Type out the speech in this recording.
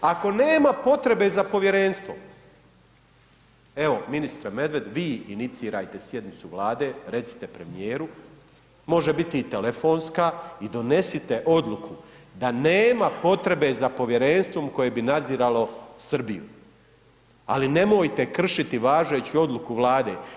Ako nema potrebe za povjerenstvom, evo ministre Medved, vi inicirajte sjednicu Vlade, recite premijeru, može biti i telefonska i donesite odluku da nema potrebe za povjerenstvom koje bi nadziralo Srbiju, ali nemojte kršiti važeću odluku Vlade.